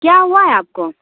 کیا ہُوا ہے آپ کو